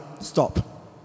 stop